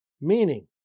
Meaning